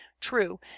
True